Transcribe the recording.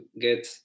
get